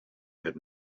had